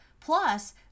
plus